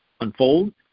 unfold